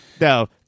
No